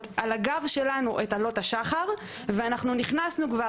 על הגב שלנו את "עלות השחר" ואנחנו נכנסו כבר